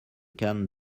can